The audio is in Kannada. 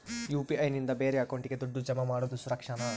ಯು.ಪಿ.ಐ ನಿಂದ ಬೇರೆ ಅಕೌಂಟಿಗೆ ದುಡ್ಡು ಜಮಾ ಮಾಡೋದು ಸುರಕ್ಷಾನಾ?